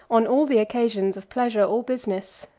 on all the occasions of pleasure or business,